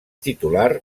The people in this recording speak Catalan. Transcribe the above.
titular